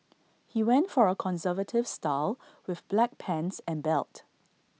he went for A conservative style with black pants and belt